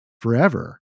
forever